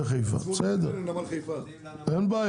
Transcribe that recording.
כרגע אם אני אומר להם, קחו, תעשו אין להם.